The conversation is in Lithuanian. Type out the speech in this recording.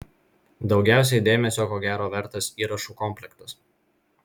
daugiausiai dėmesio ko gero vertas įrašų komplektas